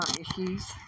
issues